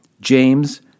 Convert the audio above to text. James